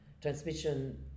Transmission